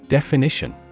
Definition